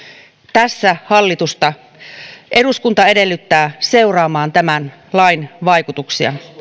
tässä eduskunta edellyttää hallitusta seuraamaan tämän lain vaikutuksia